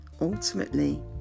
ultimately